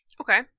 Okay